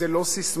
זאת מהות.